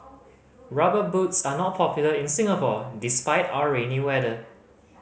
Rubber Boots are not popular in Singapore despite our rainy weather